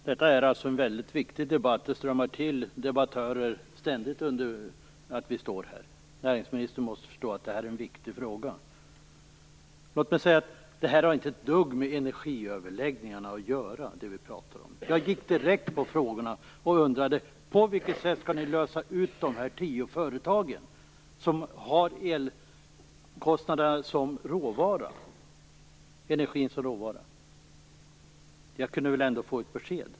Herr talman! Detta är en mycket viktig debatt, och ytterligare debattörer strömmar till hela tiden. Näringsministern måste förstå att detta är en viktig fråga. Det som vi talar om har inte ett dugg med energiöverläggningarna att göra. Jag gick direkt på frågorna och undrade: På vilket sätt skall ni lösa ut dessa tio företag som har energin som råvara? Jag kunde väl ändå få ett besked.